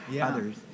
others